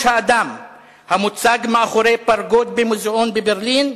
האדם המוצג מאחורי פרגוד במוזיאון בברלין,